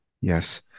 Yes